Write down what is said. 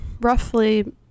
Roughly